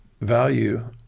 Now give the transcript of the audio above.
Value